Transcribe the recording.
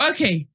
Okay